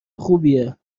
خوبیه